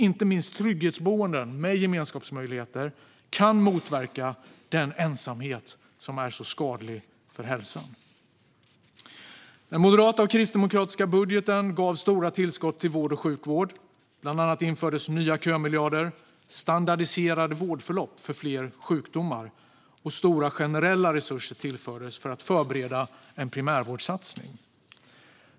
Inte minst trygghetsboenden med gemenskapsmöjligheter kan motverka den ensamhet som är så skadlig för hälsan. Den moderata och kristdemokratiska budgeten gav stora tillskott till vård och sjukvård. Bland annat infördes nya kömiljarder och standardiserade vårdförlopp för fler sjukdomar, och stora generella resurser tillfördes för att förbereda en primärvårdssatsning.